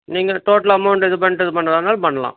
நீங்கள் total amount இது பண்ணிட்டு இது பண்றதாக இருந்தாலும் பண்ணலாம்